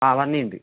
ആ പന്നിയുണ്ട്